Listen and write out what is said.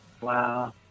Wow